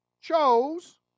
chose